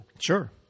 sure